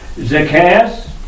Zacchaeus